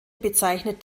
bezeichnet